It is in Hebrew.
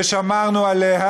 ושמרנו עליה,